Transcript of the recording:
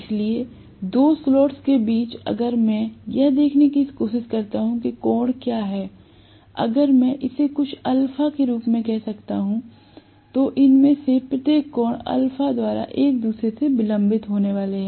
इसलिए दो स्लॉट्स के बीच अगर मैं यह देखने की कोशिश करता हूं कि कोण क्या है अगर मैं इसे कुछ α के रूप में कह सकता हूं तो इनमें से प्रत्येक कोण α द्वारा एक दूसरे से विलंबित होने वाले हैं